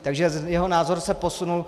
Takže jeho názor se posunul.